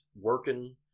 working